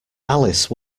alice